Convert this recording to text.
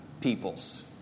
peoples